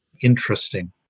interesting